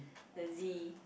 the Z